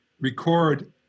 record